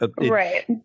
right